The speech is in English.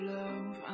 love